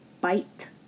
Bite